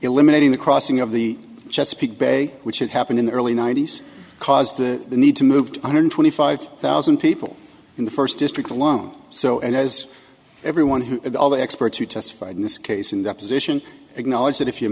eliminating the crossing of the chesapeake bay which had happened in the early ninety's caused the need to move to one hundred twenty five thousand people in the first district alone so as everyone who had all the experts who testified in this case in deposition acknowledged that if you